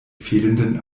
fehlenden